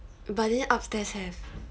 but then upstairs have